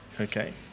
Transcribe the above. okay